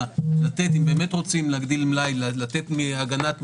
אם יש לך ארבעה אחים, יש לך פחות מ-50%.